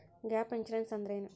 Gap insurance ಅಂದ್ರೇನು?